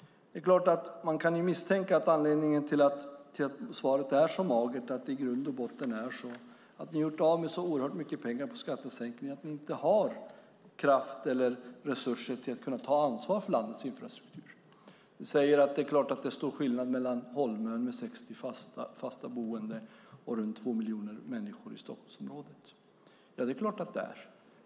Man kan misstänka att anledningen till att svaret är så magert i grund och botten är att ni har gjort av med så oerhört mycket pengar på skattesänkningar att ni inte har kraft eller resurser att kunna ta ansvar för landets infrastruktur. Statsrådet säger att det är klart att det är stor skillnad mellan 60 bofasta på Holmön och runt två miljoner människor i Stockholmsområdet. Ja, det är klart att det är.